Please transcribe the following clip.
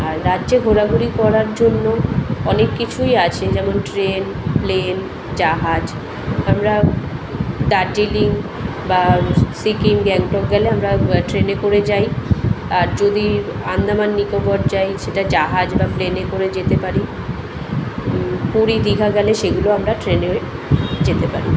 আর রাজ্যে ঘোরাঘুরি করার জন্য অনেক কিছুই আছে যেমন ট্রেন প্লেন জাহাজ আমরা দার্জিলিং বা সিকিম গ্যাংটক গেলে আমরা ট্রেনে করে যাই আর যদি আন্দামান নিকোবর যাই সেটা জাহাজ বা প্লেনে করে যেতে পারি পুরী দীঘা গেলে সেগুলো আমরা ট্রেনে যেতে পারি